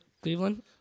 Cleveland